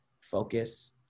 focus